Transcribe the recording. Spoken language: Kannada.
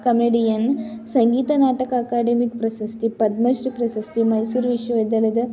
ಕಮೇಡಿಯನ್ ಸಂಗೀತ ನಾಟಕ ಅಕಾಡೆಮಿಕ್ ಪ್ರಶಸ್ತಿ ಪದ್ಮಶ್ರೀ ಪ್ರಶಸ್ತಿ ಮೈಸೂರು ವಿಶ್ವ ವಿದ್ಯಾಲಯದ